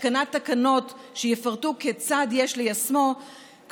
התקנת תקנות שיפרטו כיצד יש ליישמו,